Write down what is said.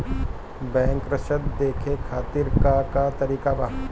Bank सराश देखे खातिर का का तरीका बा?